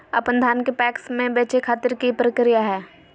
अपन धान के पैक्स मैं बेचे खातिर की प्रक्रिया हय?